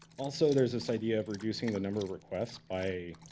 also, there's this idea of reducing the number of requests by